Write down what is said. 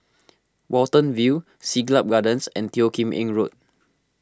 Watten View Siglap Gardens and Teo Kim Eng Road